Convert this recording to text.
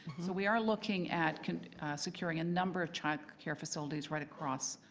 we are looking at securing a number of child care facilities right across